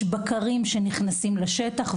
יש בקרים שנכנסים לשטח,